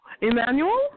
Emmanuel